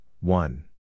one